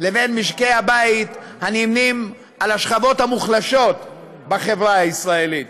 לבין משקי הבית שנמנים עם השכבות המוחלשות בחברה הישראלית.